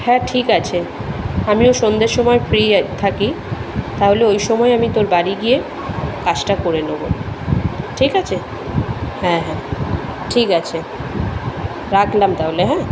হ্যাঁ ঠিক আছে আমিও সন্ধের সময় ফ্রিই থাকি তাহলে ওই সময় আমি তোর বাড়ি গিয়ে কাজটা করে নেব ঠিক আছে হ্যাঁ হ্যাঁ ঠিক আছে রাখলাম তাহলে হ্যাঁ